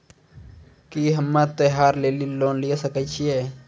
की हम्मय त्योहार लेली लोन लिये सकय छियै?